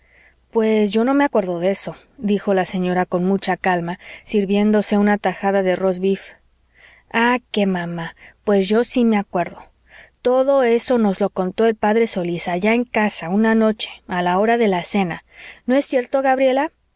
pues yo no me acuerdo de eso dijo la señora con mucha calma sirviéndose una tajada de rosbif ah que mamá pues yo sí me acuerdo todo eso nos lo contó el p solís allá en casa una noche a la hora de la cena no es cierto gabriela